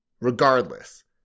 Regardless